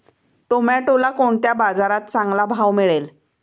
टोमॅटोला कोणत्या बाजारात चांगला भाव मिळेल?